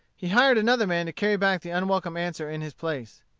he hired another man to carry back the unwelcome answer in his place.